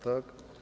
Tak?